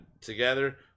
together